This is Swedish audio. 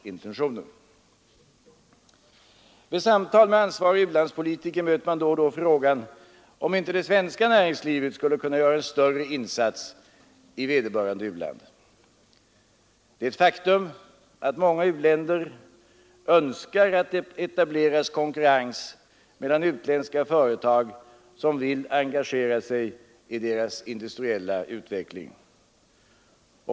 Vid samtal med ansvariga u-landspolitiker möter man då och då frågan om inte det svenska näringslivet skulle kunna göra en större insats i vederbörande u-land. Det är ett faktum att många u-länder önskar att det etableras konkurrens mellan utländska företag som vill engagera sig i deras industriella utveckling.